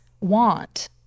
want